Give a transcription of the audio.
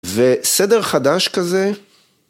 וסדר חדש כזה.